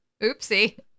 Oopsie